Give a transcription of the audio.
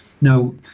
Now